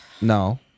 No